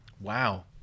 Wow